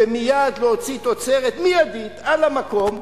ומייד להוציא תוצרת, מיידית, על המקום,